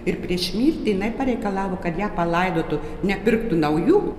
ir prieš mirtį jinai pareikalavo kad ją palaidotų nepirktų naujų